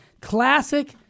classic